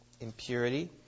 impurity